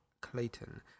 Clayton